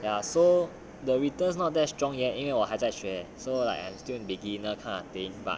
ya so doritos not that strong yet 因为我还在学 so like am still beginner kind of thing